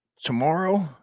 Tomorrow